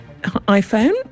iPhone